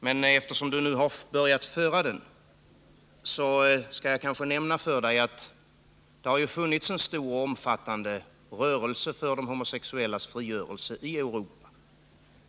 Men eftersom du nu har börjat föra den kan jag kanske nämna för dig att det i Europa har funnits en stor och omfattande rörelse för de homosexuellas frigörelse.